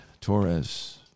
Torres